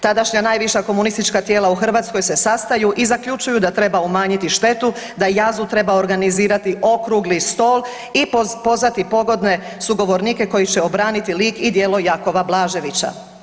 Tadašnja najviša komunistička tijela u Hrvatskoj se sastaju i zaključuju da treba umanjiti štetu, da JAZU treba organizirati okrugli stol i pozvati pogodne sugovornike koji će obraniti lik i djelo Jakova Blaževića.